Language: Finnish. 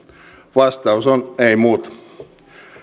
vastaus on ei muuta